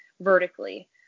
vertically